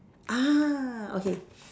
ah okay